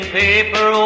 paper